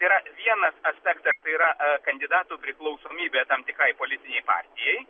tai yra vienas aspektas yra kandidatų priklausomybė tam tikrai politinei partijai